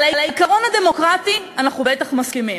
על העיקרון הדמוקרטי אנחנו בטח מסכימים.